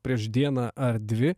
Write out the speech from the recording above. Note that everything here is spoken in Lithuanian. prieš dieną ar dvi